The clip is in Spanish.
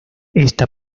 esta